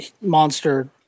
monster